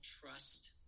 trust